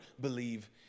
believe